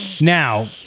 Now